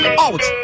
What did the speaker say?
out